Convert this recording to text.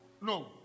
No